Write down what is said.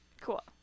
Cool